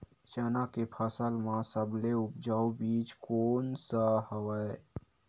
चना के फसल म सबले उपजाऊ बीज कोन स हवय?